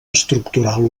estructural